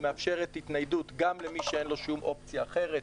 היא מאפשרת התניידות גם למי שאין לו שום אופציה אחרת,